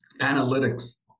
analytics